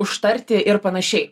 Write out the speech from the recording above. užtarti ir panašiai